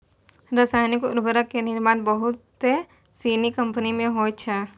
रसायनिक उर्वरको के निर्माण बहुते सिनी कंपनी मे होय छै